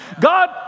God